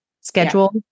schedule